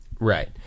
Right